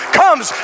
comes